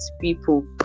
people